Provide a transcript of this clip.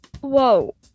Whoa